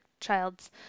child's